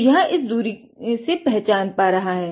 तो यह इस दूरी से पहचान पा रहा है